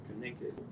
connected